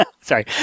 Sorry